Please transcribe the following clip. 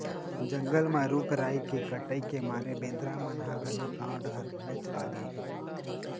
जंगल म रूख राई के कटई के मारे बेंदरा मन ह घलोक गाँव डहर बनेच आगे हे